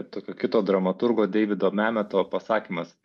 tokio kito dramaturgo deivido memeto pasakymas